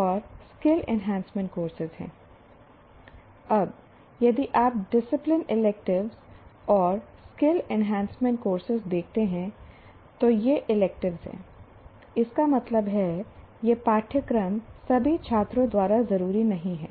और skill enhancement courses हैI अब यदि आप डिसिप्लिन इलेक्टिव और स्किल एनहैंसमेंट कोर्सेज देखते हैं तो ये इलेक्टिव हैं इसका मतलब है ये पाठ्यक्रम सभी छात्रों द्वारा जरूरी नहीं हैं